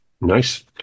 nice